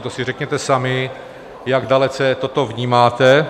To si řekněte sami, jak dalece toto vnímáte.